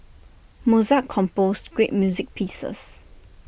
Mozart composed great music pieces